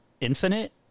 Infinite